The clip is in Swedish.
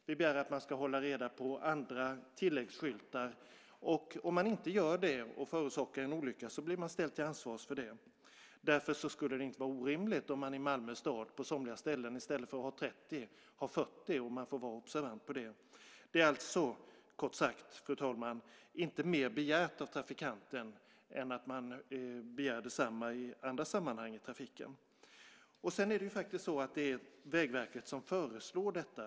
Vi begär att man ska hålla reda på andra tilläggsskyltar, och om man inte gör det och förorsakar en olycka blir man ställd till ansvar för det. Därför skulle det inte vara orimligt om man på somliga ställen i Malmö stad har 40 i stället för 30, och man får vara observant på det. Fru talman! Det är kort sagt inte mer begärt av trafikanten än vad man begär i andra sammanhang i trafiken. Sedan är det faktiskt Vägverket som föreslår detta.